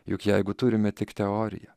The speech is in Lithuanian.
juk jeigu turime tik teoriją